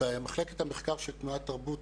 במחלקת המחקר של תנועת תרבות,